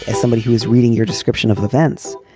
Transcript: and somebody who is reading your description of events,